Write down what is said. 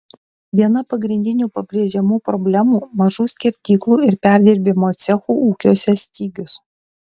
viena pagrindinių pabrėžiamų problemų mažų skerdyklų ir perdirbimo cechų ūkiuose stygius